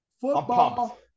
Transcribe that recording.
Football